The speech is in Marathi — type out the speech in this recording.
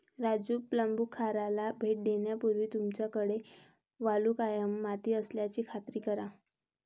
राजू प्लंबूखाराला भेट देण्यापूर्वी तुमच्याकडे वालुकामय माती असल्याची खात्री करा